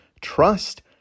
trust